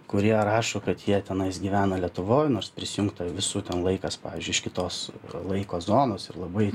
kurie rašo kad jie tenais gyvena lietuvoj nors prisijungta visų ten laikas pavyzdžiui iš kitos laiko zonos ir labai